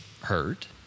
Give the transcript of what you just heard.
hurt